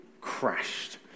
crashed